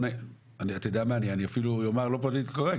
אני אפילו לא אומר פוליטיקלי קורקט,